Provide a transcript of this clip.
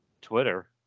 Twitter